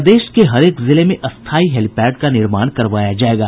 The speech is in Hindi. प्रदेश के हरेक जिले में स्थायी हेलीपैड का निर्माण करवाया जायेगा